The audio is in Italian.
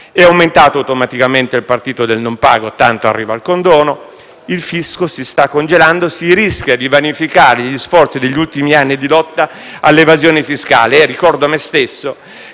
È aumentato automaticamente il partito del «non pago, tanto arriva il condono»; il fisco si sta congelando e si rischia di vanificare gli sforzi degli ultimi anni di lotta all'evasione fiscale.